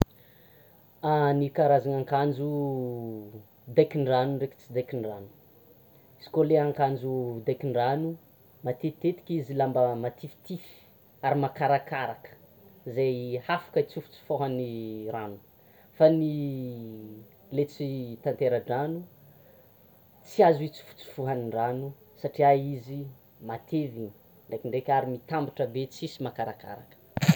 Ny karazana akanjo daikin-drano ndreky tsy daikin-drano; kô le akanjo daikin-drano matetitetika izy lamba matifify, ary makarakara, izay hafaka histôfotsofôhan'ny rano, fa ny le tsy tantera-drano tsy azo itsofotsofohan'ny rano satria izy matevina ndrekindreky ary mitambatra be tsisy makarakara.